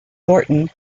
thornton